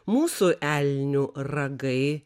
mūsų elnių ragai